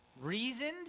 reasoned